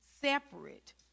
separate